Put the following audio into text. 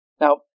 Now